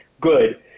good